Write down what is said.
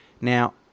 Now